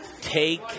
take